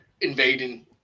invading